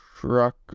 Truck